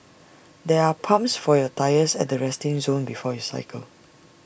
there are pumps for your tyres at the resting zone before you cycle